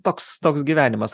toks toks gyvenimas